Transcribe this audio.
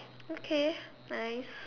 okay nice